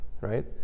right